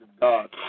God